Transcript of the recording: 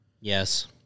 Yes